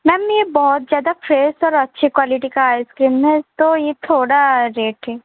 ma'am ये बहुत ज़्यादा फ्रेस और अच्छी क्वॉलिटी कइ आइस क्रीम है तो ये थोड़ा रेट है